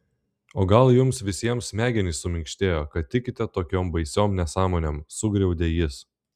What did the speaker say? o gal jums visiems smegenys suminkštėjo kad tikite tokiom baisiom nesąmonėm sugriaudė jis